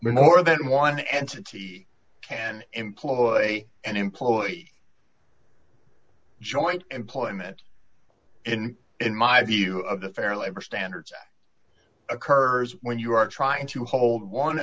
more than one entity an employee and employee joint employment in in my view of the fair labor standards act occurs when you are trying to hold